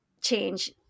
change